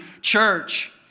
church